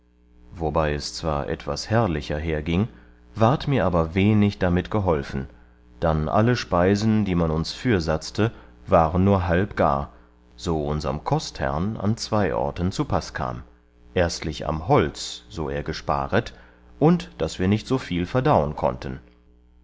worbei es zwar etwas herrlicher hergieng ward mir aber wenig damit geholfen dann alle speisen die man uns fürsatzte waren nur halb gar so unserm kostherrn an zwei orten zupaß kam erstlich am holz so er gesparet und daß wir nicht so viel verdauen konnten